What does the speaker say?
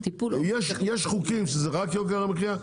יש חוקים שזה רק יוקר המחייה,